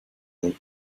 world